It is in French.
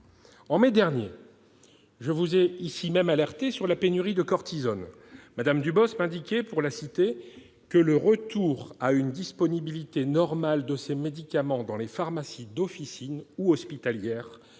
En mai dernier, je vous ai ici même alertée sur la pénurie de cortisone. Mme Dubos m'avait répondu que « le retour à une disponibilité normale de ces médicaments dans les pharmacies d'officine ou hospitalières